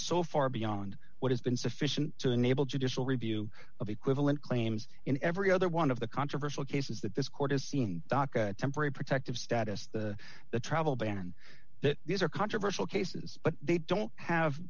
so far beyond what has been sufficient to enable judicial review of equivalent claims in every other one of the controversial cases that this court has seen temporary protective status the the travel ban and that these are controversial cases but they don't have